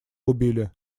убили